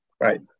Right